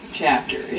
chapter